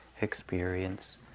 experience